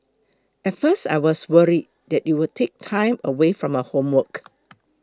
at first I was worried that it would take time away from her homework